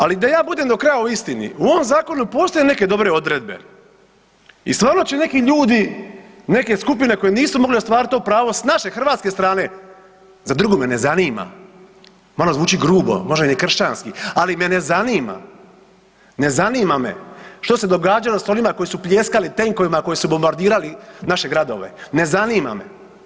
Ali da ja budem do kraja o istini, u ovom zakonu postoje neke dobre odredbe i stvarno će neki ljudi, neke skupine koje nisu mogle ostvarit to pravo s naše hrvatske strane, za drugo me ne zanima, malo zvuči grubo, možda ne kršćanski, ali me ne zanima, ne zanima me što se događalo s onima koji su pljeskali tekovima, koji su bombardirali naše gradove, ne zanima me.